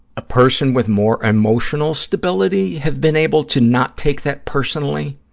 person with more emotional stability have been able to not take that personally?